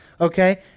okay